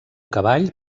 cavall